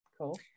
cool